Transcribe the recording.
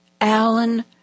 Alan